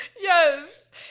Yes